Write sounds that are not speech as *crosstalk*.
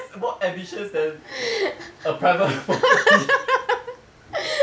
that's more ambitious than a private *laughs* property